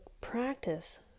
practice